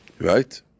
Right